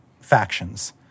factions